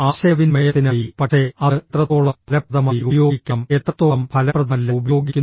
ആശയവിനിമയത്തിനായി പക്ഷേ അത് എത്രത്തോളം ഫലപ്രദമായി ഉപയോഗിക്കണം എത്രത്തോളം ഫലപ്രദമല്ല ഉപയോഗിക്കുന്നു